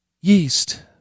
Yeast